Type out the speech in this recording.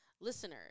listeners